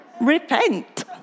Repent